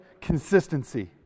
consistency